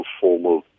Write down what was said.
formal